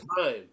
time